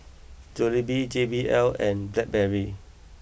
Jollibee J B L and Blackberry